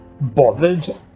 bothered